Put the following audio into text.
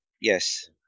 yes